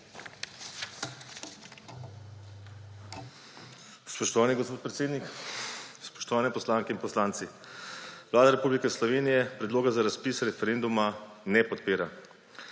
Spoštovani gospod predsednik, spoštovane poslanke in poslanci! Vlada Republike Slovenije predloga za razpis referenduma ne podpira.